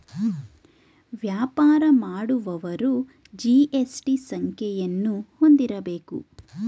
ವ್ಯಾಪಾರ ಮಾಡುವವರು ಜಿ.ಎಸ್.ಟಿ ಸಂಖ್ಯೆಯನ್ನು ಹೊಂದಿರಬೇಕು